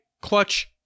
Clutch